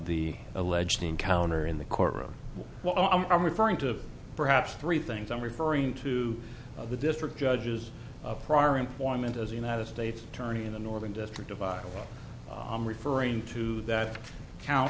the alleged encounter in the courtroom well i'm referring to perhaps three things i'm referring to the district judges of prior employment as a united states attorney in the northern district of iowa i'm referring to that count